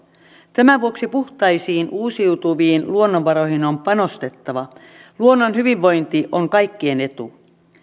tämän vuoksi puhtaisiin uusiutuviin luonnonvaroihin on panostettava luonnon hyvinvointi on kaikkien etu